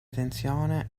tensione